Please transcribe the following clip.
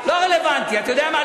לא רלוונטי, אתה יודע מה?